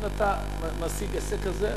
אם אתה משיג הישג כזה,